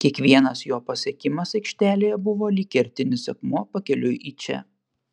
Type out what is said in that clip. kiekvienas jo pasiekimas aikštelėje buvo lyg kertinis akmuo pakeliui į čia